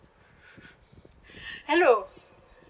hello